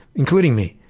including me.